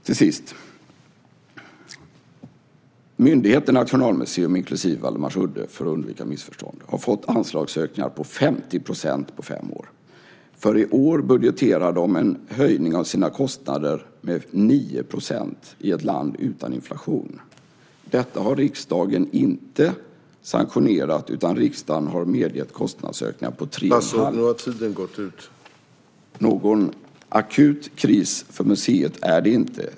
Till sist: Myndigheten Nationalmuseum - för att undvika missförstånd ska jag säga att det är inklusive Waldemarsudde - har fått anslagsökningar på 50 % på fem år. För i år budgeterar de en höjning av sina kostnader med 9 %, i ett land utan inflation. Detta har riksdagen inte sanktionerat, utan riksdagen har medgett kostnadsökningar på 3 1⁄2. Någon akut kris för museet är det inte.